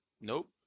Nope